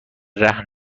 رهن